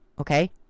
okay